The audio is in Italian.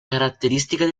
caratteristica